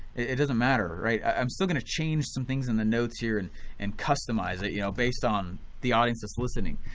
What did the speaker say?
it doesn't matter. i'm still gonna change some things in the notes here and and customize it you know based on the audience that's listening.